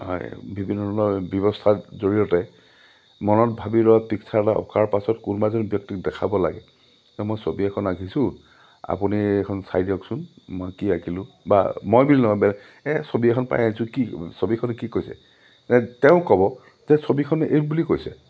বিভিন্ন ধৰণৰ ব্যৱস্থাৰ জৰিয়তে মনত ভাবি লোৱা পিক্সাৰ এটা অঁকাৰ পাছত কোনোবাজন ব্যক্তিক দেখাব লাগে যে মই ছবি এখন আঁকিছোঁ আপুনি এখন চাই দিয়কচোন মই কি আঁকিলোঁ বা মই কিনো বেলেগ ছবি এখন পাই আহিছোঁ কি ছবিখনে কি কৈছে তেওঁ ক'ব যে ছবিখনে এই বুলি কৈছে